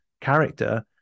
character